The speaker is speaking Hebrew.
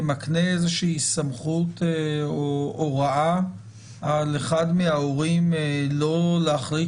כמקנה סמכות או הוראה על אחד מההורים לא להחליט